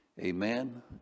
amen